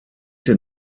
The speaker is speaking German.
den